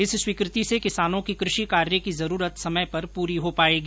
इस स्वीकृति से किसानों की कृषि कार्य की जरूरत समय पर पूरी हो पायेगी